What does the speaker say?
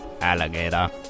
alligator